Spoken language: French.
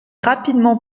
rapidement